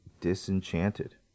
Disenchanted